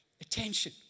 Attention